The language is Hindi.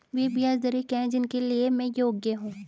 वे ब्याज दरें क्या हैं जिनके लिए मैं योग्य हूँ?